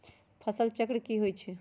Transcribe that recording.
फसल चक्र की होई छै?